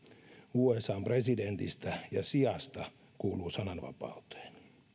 usan presidentistä ja siasta kuuluu sananvapauteen